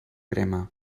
crema